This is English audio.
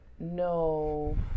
No